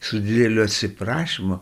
su dideliu atsiprašymu